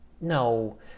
No